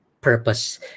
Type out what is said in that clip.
purpose